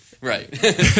Right